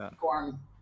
gorm